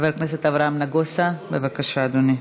חבר הכנסת נגוסה, בבקשה, אדוני.